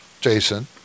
Jason